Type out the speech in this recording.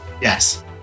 Yes